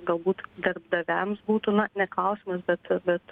galbūt darbdaviams būtų na ne kausimas bet bet